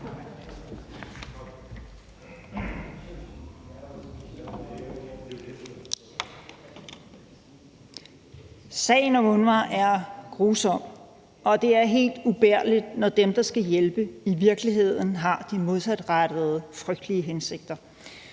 Sagen om UNRWA er grusom, og det er helt ubærligt, når dem, der skal hjælpe, i virkeligheden har modsatrettede, frygtelige hensigter.